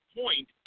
point